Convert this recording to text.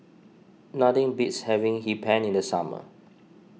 nothing beats having Hee Pan in the summer